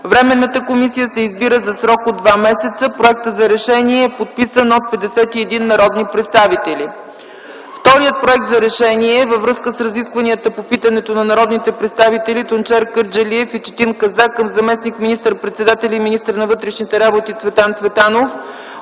Временната комисия се избира за срок от 2 месеца.” Проектът за решение е подписан от 51 народни представители. Вторият: „Проект РЕШЕНИЕ във връзка с разискванията по питането на народните представители Тунчер Кърджалиев и Четин Казак към заместник министър-председателя и министър на вътрешните работи Цветан Цветанов